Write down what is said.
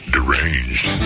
Deranged